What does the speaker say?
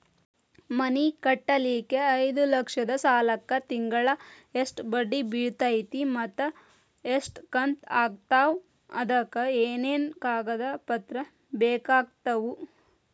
ಮನಿ ಕಟ್ಟಲಿಕ್ಕೆ ಐದ ಲಕ್ಷ ಸಾಲಕ್ಕ ತಿಂಗಳಾ ಎಷ್ಟ ಬಡ್ಡಿ ಬಿಳ್ತೈತಿ ಮತ್ತ ಎಷ್ಟ ಕಂತು ಆಗ್ತಾವ್ ಅದಕ ಏನೇನು ಕಾಗದ ಪತ್ರ ಬೇಕಾಗ್ತವು?